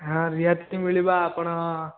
ହଁ ରିହାତି ମିଳିବ ଆପଣ